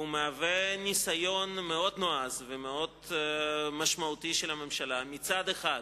והוא מהווה ניסיון מאוד נועז ומאוד משמעותי של הממשלה מצד אחד